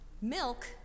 Milk